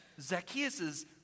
Zacchaeus